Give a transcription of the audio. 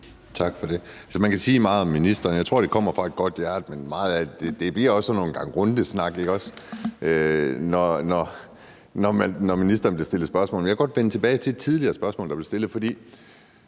Tak for det. Man kan sige meget om ministeren, men jeg tror, det kommer fra et godt hjerte, men meget af det bliver også sådan en omgang rundesnak, når ministeren bliver stillet spørgsmål. Jeg vil godt vende tilbage til et tidligere spørgsmål, der blev stillet.